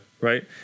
Right